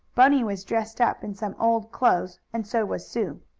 bunny was dressed up in some old clothes, and so was sue.